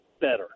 better